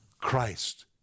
Christ